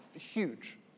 huge